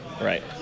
Right